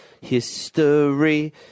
history